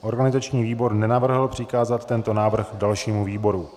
Organizační výbor nenavrhl přikázat tento návrh dalšímu výboru.